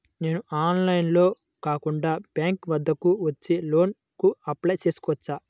నేను ఆన్లైన్లో కాకుండా బ్యాంక్ వద్దకు వచ్చి లోన్ కు అప్లై చేసుకోవచ్చా?